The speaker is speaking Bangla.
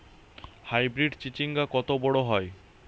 হাইব্রিড চিচিংঙ্গা কত বড় হয়?